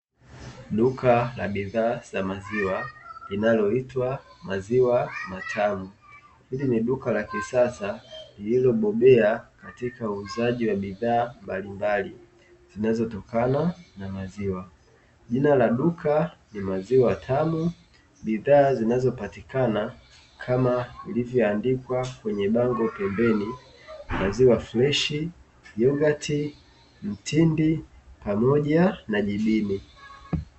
Duka la bidhaa za maziwa linaloitwa maziwa matamu, hili ni duka la kisasa lililobobea katika uuzaji wa bidhaa mbalimbali zinazotokana na maziwa jina la duka ni maziwa tamu, bidhaa zinazopatikana kama ilivyoandikwa kwenye bango pembeni yanayosomeka maziwa mtindi, freshi na jibini.